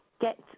get